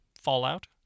Fallout